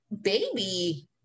baby